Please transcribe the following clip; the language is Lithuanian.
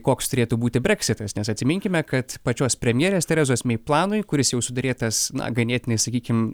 koks turėtų būti breksitas nes atsiminkime kad pačios premjerės terezos mei planui kuris jau suderėtas na ganėtinai sakykim